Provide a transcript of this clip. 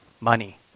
money